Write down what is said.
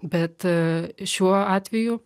bet šiuo atveju